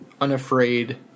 unafraid